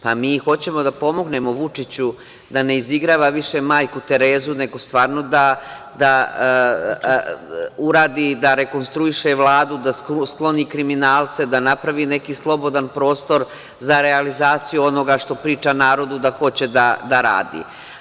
Pa, mi i hoćemo da pomognemo Vučiću da ne izigrava više majku Terezu, nego stvarno da uradi i da rekonstruiše Vladu, da skloni kriminalce, da napravi neki slobodan prostor za realizaciju onoga što priča narodu da hoće da radi.